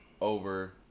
over